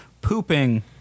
pooping